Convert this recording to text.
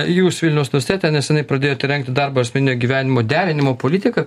jūs vilniaus universitete neseniai pradėjote rengti darbo ir asmeninio gyvenimo derinimo politiką